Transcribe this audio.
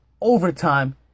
overtime